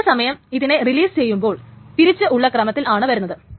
അതേ സമയം ഇതിനെ റിലീസ് ചെയ്യുമ്പോൾ തിരിച്ച് ഉള്ള ക്രമത്തിലാണ് വരുന്നത്